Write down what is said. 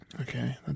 Okay